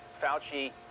Fauci